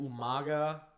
Umaga